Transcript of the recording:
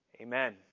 amen